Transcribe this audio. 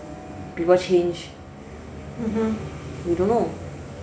people change you don't know